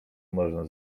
można